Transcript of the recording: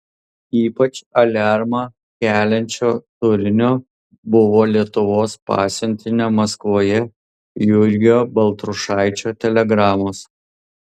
ypač aliarmą keliančio turinio buvo lietuvos pasiuntinio maskvoje jurgio baltrušaičio telegramos